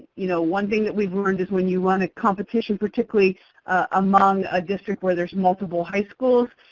you know, one thing that we've learned is when you run a competition, particularly among a district where there's multiple high schools,